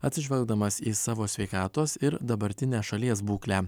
atsižvelgdamas į savo sveikatos ir dabartinę šalies būklę